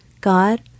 God